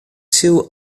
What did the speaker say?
two